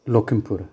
Lakhimpur